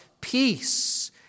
peace